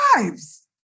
lives